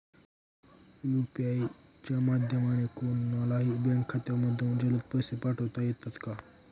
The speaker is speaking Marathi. यू.पी.आय च्या माध्यमाने कोणलाही बँक खात्यामधून जलद पैसे पाठवता येतात का?